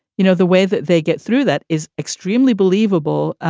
you know, the way that they get through that is extremely believable.